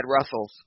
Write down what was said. Russell's